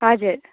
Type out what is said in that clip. हजुर